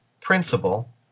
principal